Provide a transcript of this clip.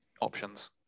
options